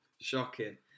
Shocking